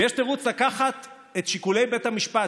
ויש תירוץ לקחת את שיקולי בית המשפט,